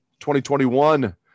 2021